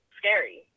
scary